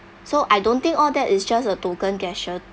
so I don't think all that is just a token gesture